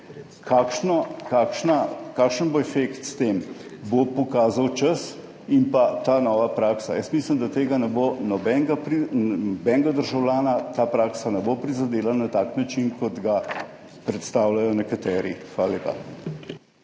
Kakšen bo njen efekt, bo pokazal čas in ta nova praksa. Jaz mislim, da nobenega državljana ta praksa ne bo prizadela na tak način, kot ga predstavljajo nekateri. Hvala lepa.